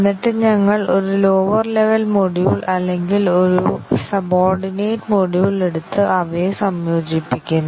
എന്നിട്ട് ഞങ്ങൾ ഒരു ലോവർ ലെവൽ മൊഡ്യൂൾ അല്ലെങ്കിൽ ഒരു സബോർഡിനേറ്റ് മൊഡ്യൂൾ എടുത്ത് അവയെ സംയോജിപ്പിക്കുന്നു